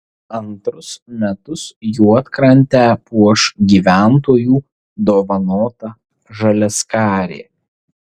antrus metus juodkrantę puoš gyventojų dovanota žaliaskarė